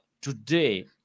today